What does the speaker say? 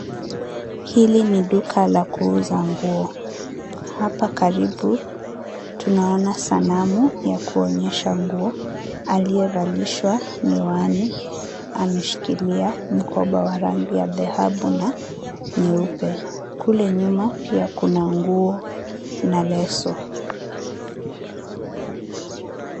Hili ni duka la kuuza nguo. Hapa karibu tunaona sanamu ya kuonyesha nguo, aliyevalishwa miwani ameshikilia mkoba wa rangi ya dhahabu na nyeupe. Kule nyuma pia kuna nguo na leso .